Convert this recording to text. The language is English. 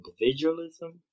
individualism